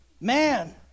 Man